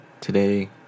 today